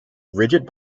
rigid